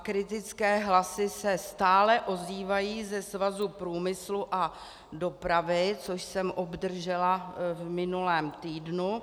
Kritické hlasy se stále ozývají ze Svazu průmyslu a dopravy, což jsem obdržela v minulém týdnu.